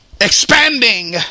Expanding